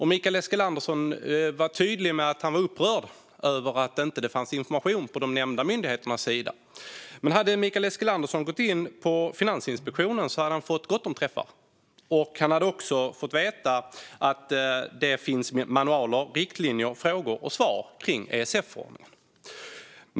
Mikael Eskilandersson var dock tydligt upprörd över att det inte fanns information på de webbplatser han besökt. Men hade Mikael Eskilandersson gått in på Finansinspektionens webbplats hade han fått gott om träffar. Han hade också fått veta att det finns manualer, riktlinjer, frågor och svar om ESF-förordningen.